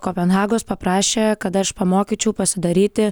kopenhagos paprašė kad aš pamokyčiau pasidaryti